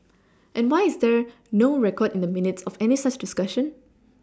why is there no record in the minutes of any such discussion